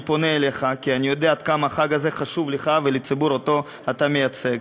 אני פונה אליך כי אני יודע עד כמה החג הזה חשוב לך ולציבור שאתה מייצג.